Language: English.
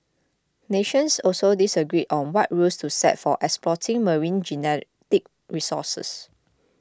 nations also disagree on what rules to set for exploiting marine genetic resources